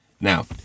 Now